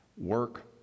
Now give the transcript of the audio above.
work